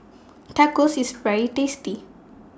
Tacos IS very tasty